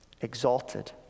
exalted